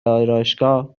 آرایشگاه